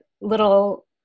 little